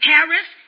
Paris